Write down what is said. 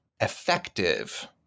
effective